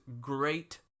great